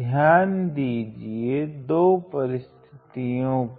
ध्यान दीजिए 2 परिस्थितियों पर